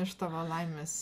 iš tavo laimės